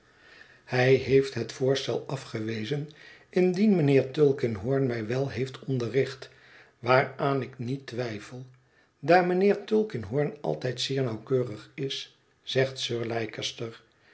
hij heeft liet voorstel afgewezen indien mijnheer tulkinghorn mij wel heeft onderricht waaraan ik niet twijfel daar mijnheer tulkinghorn altijd zeer nauwkeurig is zegt sir